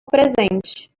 presente